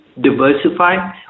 diversify